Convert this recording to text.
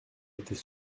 était